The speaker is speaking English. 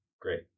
Great